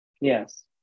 Yes